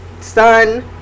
son